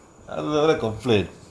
அது வேற:athu vera complaint